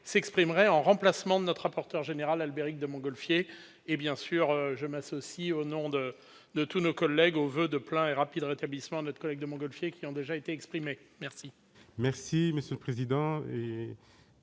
s'exprimerait en remplacement de notre rapporteur général Albéric de Montgolfier et bien sûr je m'associe au nom de tous nos collègues aux voeux de plein et rapide rétablissement notre collègue de Montgolfier qui ont déjà été exprimées merci.